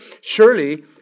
Surely